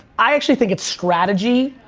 i actually think it's strategy